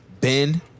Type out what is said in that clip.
Ben